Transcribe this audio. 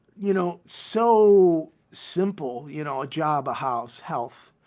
you know, so simple, you know, a job, a house, health.